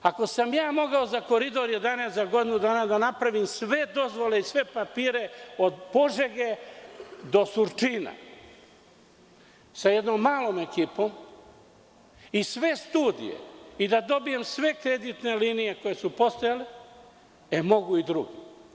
Ako sam mogao za Koridor 11 za godinu dana da napravim sve dozvole i sve papire od Požege do Surčina sa jednom malom ekipom, sve studije i da dobijem sve kreditne linije koje su postojale, onda mogu i drugi.